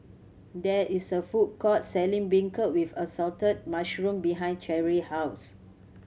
there is a food court selling beancurd with assorted mushroom behind Cherri house